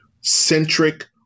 centric